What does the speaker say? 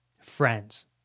friends